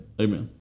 Amen